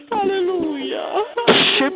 Hallelujah